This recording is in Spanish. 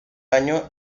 año